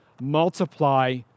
multiply